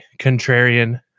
contrarian